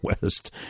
West